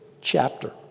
chapter